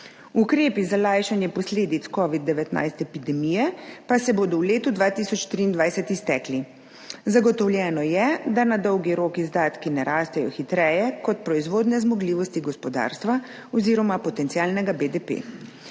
Ukrepi za lajšanje posledic Covid-19 epidemije pa se bodo v letu 2023 iztekli. Zagotovljeno je, da na dolgi rok izdatki ne rastejo hitreje kot proizvodne zmogljivosti gospodarstva oziroma potencialnega BDP.